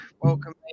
welcome